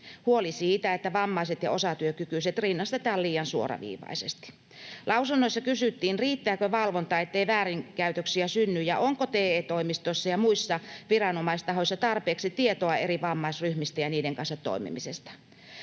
Huoli siitä, että vammaiset ja osatyökykyiset rinnastetaan liian suoraviivaisesti. Lausunnoissa kysyttiin, riittääkö valvonta, ettei väärinkäytöksiä synny, ja onko TE-toimistoissa ja muissa viranomaistahoissa tarpeeksi tietoa eri vammaisryhmistä ja niiden kanssa toimimisesta.